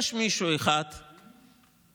יש מישהו אחד שפעם,